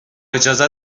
اجازه